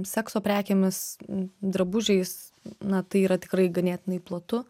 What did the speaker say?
sekso prekėmis drabužiais na tai yra tikrai ganėtinai platu